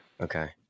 okay